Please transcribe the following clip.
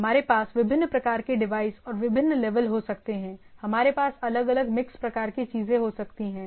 हमारे पास विभिन्न प्रकार के डिवाइस और विभिन्न लेवल हो सकते हैं हमारे पास अलग अलग मिक्स प्रकार की चीजें हो सकती हैं